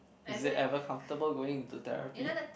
is it ever comfortable going into therapy